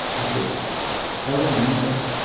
i just i remember